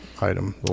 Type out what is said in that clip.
item